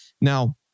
Now